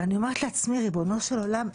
ואני אומרת לעצמי: ריבונו של עולם,